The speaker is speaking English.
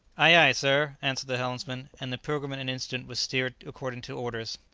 ay, ay, sir, answered the helmsman, and the pilgrim in an instant was steered according to orders.